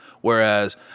Whereas